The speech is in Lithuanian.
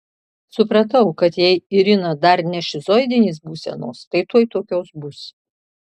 supratau kad jei irina dar ne šizoidinės būsenos tai tuoj tokios bus